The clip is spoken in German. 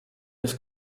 des